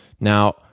Now